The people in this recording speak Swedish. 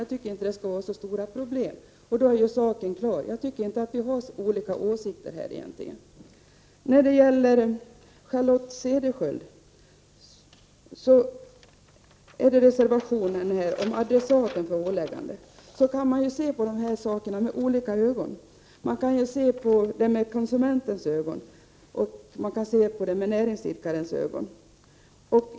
Jag tycker inte att detta skulle innebära så stora problem. Då är ju saken klar. Jag anser inte att vi har olika åsikter i fråga om detta. Jag vill kommentera det som Charlotte Cederschiöld sade om reservation 3 om val av adressat för ålägganden. Man kan se på detta med olika ögon. Man kan se på det med konsumentens ögon eller med näringsidkarens ögon.